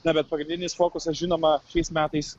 na bet pagrindinis fokusas žinoma šiais metais